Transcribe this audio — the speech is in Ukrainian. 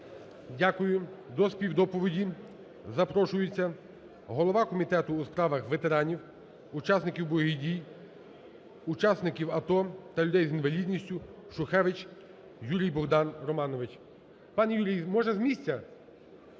Дякую. До співдоповіді запрошується голова Комітету у справах ветеранів, учасників бойових дій, учасників АТО та людей з інвалідністю Шухевич Юрій-Богдан Романович. Пане, Юрій, може, з місця?